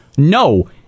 No